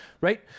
Right